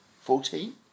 fourteen